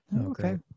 Okay